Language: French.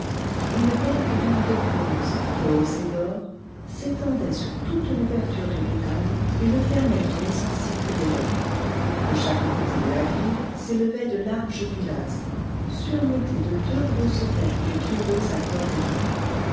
une belle grille de bronze rehaussée d'or s'étendait sur toute l'ouverture de l'étal et le fermait en laissant circuler l'air de chaque côté de la grille s'élevaient de larges pilastres surmontés de deux grosses têtes de taureaux à cornes dorées